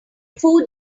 four